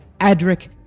Adric